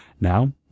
Now